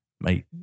Mate